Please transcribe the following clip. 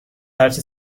هرچه